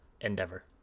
endeavor